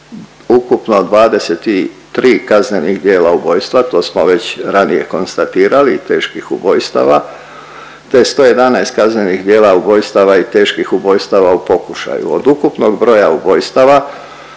ukupno 23 kaznenih djela ubojstva, to smo već ranije konstatirali, teških ubojstava, te 111 kaznenih djela ubojstava i teških ubojstava u pokušaju. Od ukupnog broja ubojstava